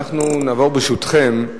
ברשותכם,